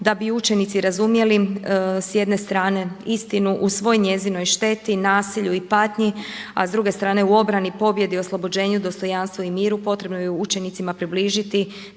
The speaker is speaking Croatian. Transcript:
da bi učenici razumjeli s jedne strane istinu u svoj njezinoj šteti, nasilju i patnji a s druge strane u obrani, pobjedi, oslobođenju, dostojanstvu i miru potrebno je učenicima približiti